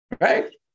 Right